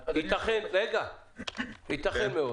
ייתכן מאוד